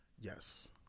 yes